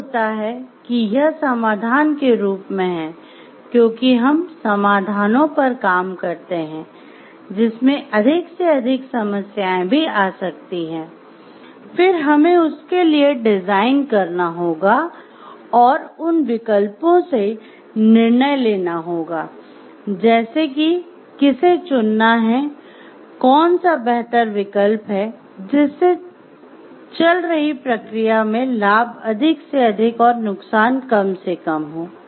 क्या होता है कि यह समाधान के रूप में है क्योंकि हम समाधानों पर काम करते हैं जिसमें अधिक से अधिक समस्याएं भी आ सकती हैं फिर हमें उसके लिए डिजाइन करना होगा और या उन विकल्पों से निर्णय लेना होगा जैसे कि किसे चुनना है कौन सा बेहतर विकल्प है जिससे चल रही प्रक्रिया में लाभ अधिक से अधिक और नुकसान कम से कम हों